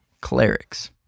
clerics